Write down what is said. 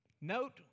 Note